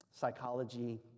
psychology